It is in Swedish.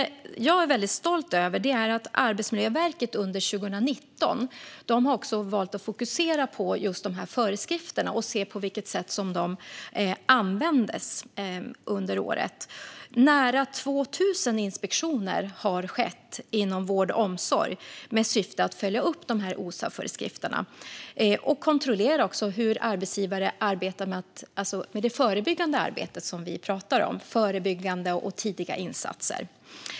Jag är stolt över att Arbetsmiljöverket under 2019 valt att fokusera på dessa föreskrifter och titta på hur de används. Nära 2 000 inspektioner har skett inom vård och omsorg med syftet att följa upp OSA-föreskrifterna och kontrollera hur arbetsgivare genomför det förebyggande arbete som vi talar om, med förebyggande och tidiga insatser.